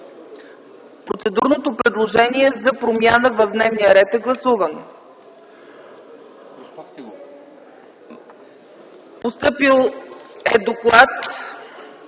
Процедурното предложение за промяна в дневния ред е гласувано. Постъпил е доклад